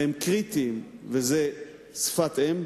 והם קריטיים, וזה שפת אם,